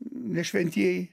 ne šventieji